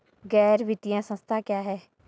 गैर वित्तीय संस्था क्या है?